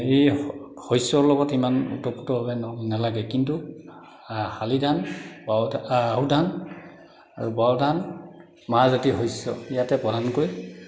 এই শস্য়ৰ লগত ইমান ওতঃপ্ৰোতভাৱে নালাগে কিন্তু শালি ধান বাও ধান আহু ধান আৰু বৰা ধান মাহজাতীয় শস্য় ইয়াতে প্ৰধানকৈ